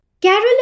Carol